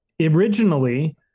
originally